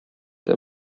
der